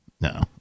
No